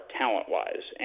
talent-wise